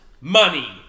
money